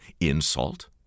insult